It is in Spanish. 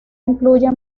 incluye